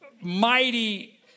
mighty